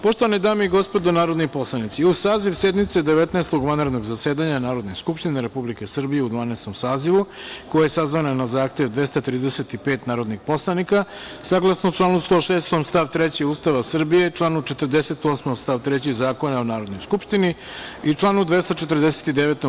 Poštovane dame i gospodo narodni poslanici, uz saziv sednice Devetnaestog vanrednog zasedanja Narodne skupštine Republike Srbije u Dvanaestom sazivu, koja je sazvana na zahtev 235 narodnih poslanika, saglasno članu 106. stav 3. Ustava Republike Srbije, članu 48. stav 3. Zakona o Narodnoj skupštini i članu 249.